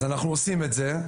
אז אנחנו עושים את זה.